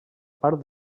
part